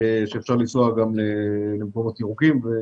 שאפשר לנסוע למקומות ירוקים או